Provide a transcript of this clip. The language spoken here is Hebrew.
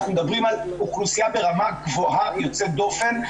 אנחנו מדברים על אוכלוסייה ברמה גבוהה יוצאת דופן,